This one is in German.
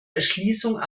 erschließung